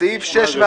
מיעוט נמנעים,